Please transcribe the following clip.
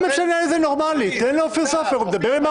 יצטרכו לדון בזה עם